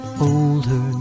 older